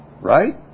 Right